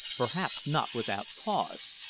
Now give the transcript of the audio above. perhaps not without cause,